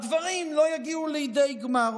הדברים לא יגיעו לידי גמר.